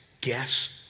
Guess